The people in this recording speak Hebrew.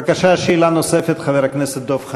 בבקשה, שאלה נוספת, חבר הכנסת דב חנין.